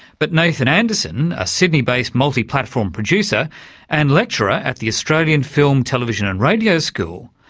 but nathan anderson, a sydney-based multiplatform producer and lecturer at the australian film, television and radio school,